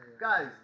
Guys